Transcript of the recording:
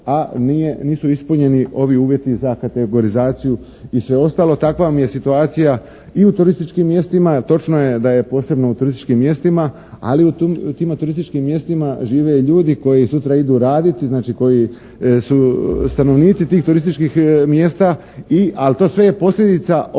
a nisu ispunjeni ovi uvjeti za kategorizaciju i sve ostalo. Takva vam je situacija i u turističkim mjestima, točno je da je posebno u turističkim mjestima, ali u tima turističkim mjestima žive i ljudi koji sutra idu raditi, znači koji su stanovnici tih turističkih mjesta i ali to sve je posljedica ove